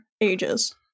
ages